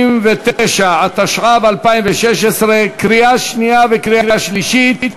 69), התשע"ו 2016, קריאה שנייה וקריאה שלישית,